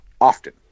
often